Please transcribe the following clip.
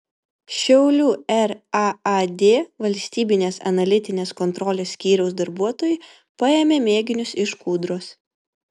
šiaulių raad valstybinės analitinės kontrolės skyriaus darbuotojai paėmė mėginius iš kūdros